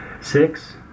Six